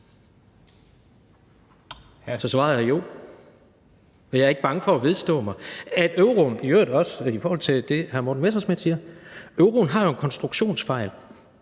så svaret er jo. Men jeg er ikke bange for at vedstå mig, at euroen, i øvrigt også i forhold til det, hr. Morten Messerschmidt siger, har en konstruktionsfejl.